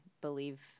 believe